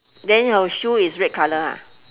then your shoe is red colour ha